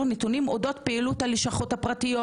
נתונים אודות פעילות הלשכות הפרטיות,